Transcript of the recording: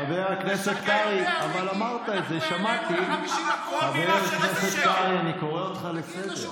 שאלתי, אם העלינו, אתה עולה להתנצל?